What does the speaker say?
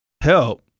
Help